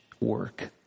work